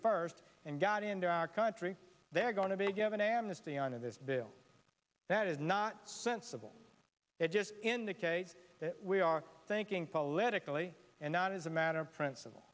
first and got into our country they are going to be given amnesty on of this bill that is not sensible it just indicates that we are thinking politically and not as a matter of princip